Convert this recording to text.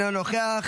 אינו נוכח.